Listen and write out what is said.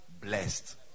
blessed